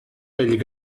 vell